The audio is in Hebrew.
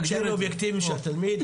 קשיים אובייקטיבים של התלמיד.